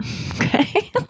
okay